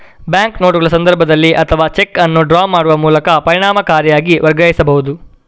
bank ನೋಟುಗಳ ಸಂದರ್ಭದಲ್ಲಿ ಅಥವಾ ಚೆಕ್ ಅನ್ನು ಡ್ರಾ ಮಾಡುವ ಮೂಲಕ ಪರಿಣಾಮಕಾರಿಯಾಗಿ ವರ್ಗಾಯಿಸಬಹುದು